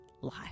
life